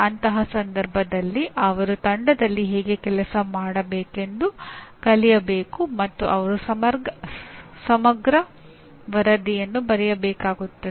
ಅಂತಹ ಸಂದರ್ಭದಲ್ಲಿ ಅವರು ತಂಡದಲ್ಲಿ ಹೇಗೆ ಕೆಲಸ ಮಾಡಬೇಕೆಂದು ಕಲಿಯಬೇಕು ಮತ್ತು ಅವರು ಸಮಗ್ರ ವರದಿಯನ್ನು ಬರೆಯಬೇಕಾಗುತ್ತದೆ